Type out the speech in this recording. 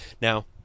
Now